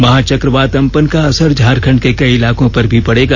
महाचकवात Amphan का असर झारखंड के कई इलाकों पर भी पड़ेगा